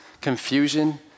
confusion